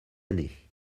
année